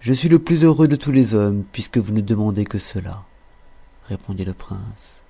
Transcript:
je suis le plus heureux de tous les hommes puisque vous ne demandez que cela répondit le prince